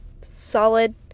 solid